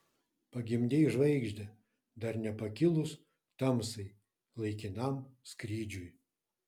pagimdei žvaigždę dar nepakilus tamsai laikinam skrydžiui